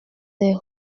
des